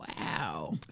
wow